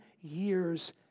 year's